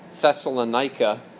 Thessalonica